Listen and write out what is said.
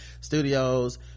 studios